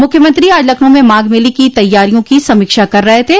मुख्यमंत्री आज लखनऊ में माघ मेले की तैयारियों की समीक्षा कर रहे थे